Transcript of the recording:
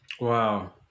Wow